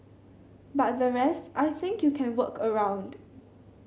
but the rest I think you can work around